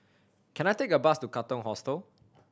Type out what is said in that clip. can I take a bus to Katong Hostel